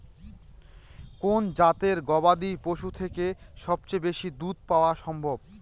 কোন জাতের গবাদী পশু থেকে সবচেয়ে বেশি দুধ পাওয়া সম্ভব?